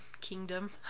Kingdom